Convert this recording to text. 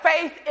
faith